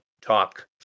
talk